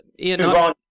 Ian